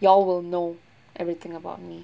you all will know everything about me